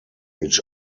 each